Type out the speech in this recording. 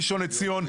ראשון לציון,